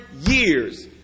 years